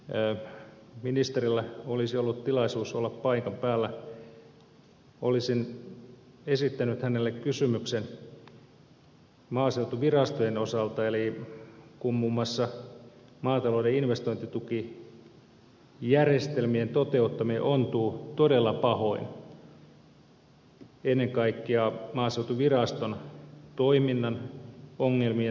jos täällä olisi ministerillä ollut tilaisuus olla paikan päällä olisin esittänyt hänelle kysymyksen maaseutuvirastojen osalta kun muun muassa maatalouden investointitukijärjestelmien toteuttaminen ontuu todella pahoin ennen kaikkea maaseutuviraston toiminnan ongelmien takia